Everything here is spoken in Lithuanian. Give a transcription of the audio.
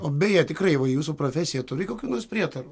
o beje tikrai va jūsų profesija turi kokių nors prietarų